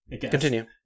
continue